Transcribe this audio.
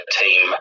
team